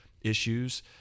issues